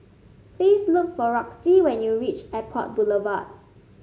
please look for Roxie when you reach Airport Boulevard